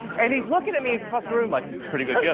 and he's looking at me across the room, like, pretty good yeah